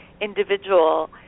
individual